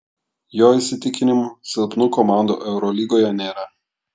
jo įsitikinimu silpnų komandų eurolygoje nėra